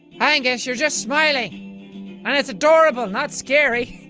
angus you're just smiling and it's adorable, not scary.